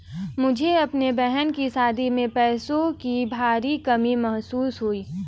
मुझे अपने बहन की शादी में पैसों की भारी कमी महसूस हुई